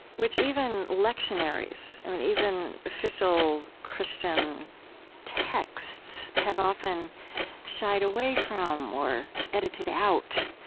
which even lectionaries, i mean, even official christian texts have often shied away from, or edited out,